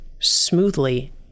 smoothly